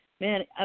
Man